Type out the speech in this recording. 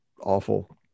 awful